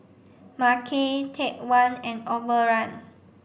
Mackay Take One and Overrun